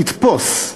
תתפוס,